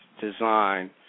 design